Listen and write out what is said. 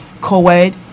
Co-Ed